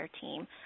team